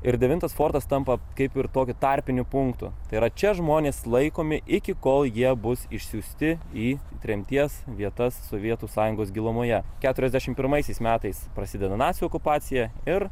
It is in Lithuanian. ir devintas fortas tampa kaip ir tokiu tarpiniu punktu tai yra čia žmonės laikomi iki kol jie bus išsiųsti į tremties vietas sovietų sąjungos gilumoje keturiasdešim pirmaisiais metais prasideda nacių okupacija ir